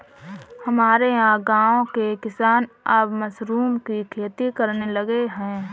हमारे यहां गांवों के किसान अब मशरूम की खेती करने लगे हैं